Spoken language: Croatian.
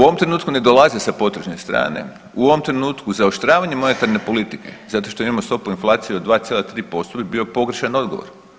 U ovom trenutku ne dolaze sa potvrđene strane, u ovom trenutku zaoštravanje monetarne politike zato što imamo stopu inflacije od 2,3% bi bio pogrešan odgovor.